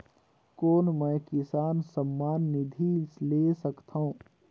कौन मै किसान सम्मान निधि ले सकथौं?